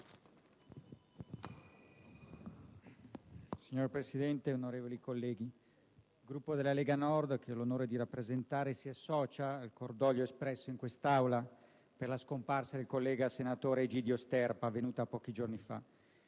Signor Presidente, onorevoli colleghi, il Gruppo della Lega Nord Padania, che ho l'onore di rappresentare, si associa al cordoglio espresso in quest'Aula per la scomparsa del collega senatore Egidio Sterpa, avvenuta pochi giorni fa.